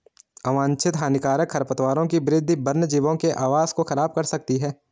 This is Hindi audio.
अवांछित हानिकारक खरपतवारों की वृद्धि वन्यजीवों के आवास को ख़राब कर सकती है